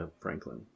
Franklin